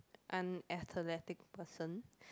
unathletic person